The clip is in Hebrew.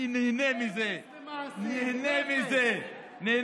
אני נהנה מזה, נהנה מזה.